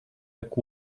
jak